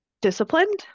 disciplined